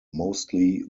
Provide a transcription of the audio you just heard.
mostly